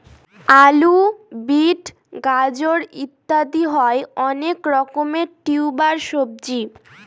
আলু, বিট, গাজর ইত্যাদি হয় অনেক রকমের টিউবার সবজি